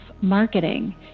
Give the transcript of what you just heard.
marketing